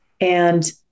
And-